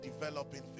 developing